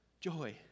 joy